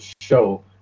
show